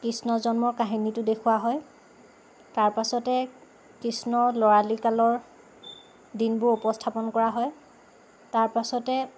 কৃষ্ণ জন্মৰ কাহিনীটো দেখুওৱা হয় তাৰ পাছতে কৃষ্ণৰ ল'ৰালি কালৰ দিনবোৰ উপস্থাপন কৰা হয় তাৰ পাছতে